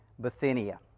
Bithynia